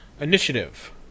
Initiative